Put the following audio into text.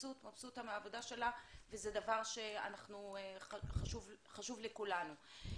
שזה דבר שהוא חשוב לכולנו.